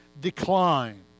decline